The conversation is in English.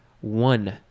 one